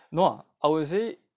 no I would say